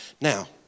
Now